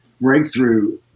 breakthrough